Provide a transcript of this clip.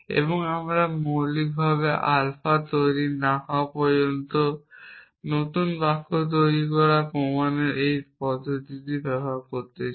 এবং আমরা মৌলিকভাবে আলফা তৈরি না হওয়া পর্যন্ত নতুন বাক্য তৈরির প্রমাণের এই পদ্ধতিটি ব্যবহার করতে চাই